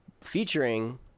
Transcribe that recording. featuring